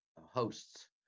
hosts